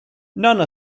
none